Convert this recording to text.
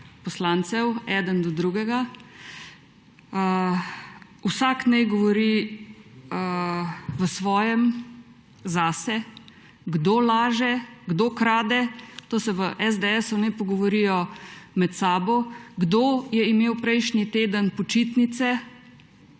poslancev, eden do drugega. Vsak naj govori zase, kdo laže, kdo krade. To naj se v SDS pogovorijo med seboj. Kdo je imel prejšnji teden počitnice?